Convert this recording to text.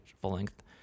full-length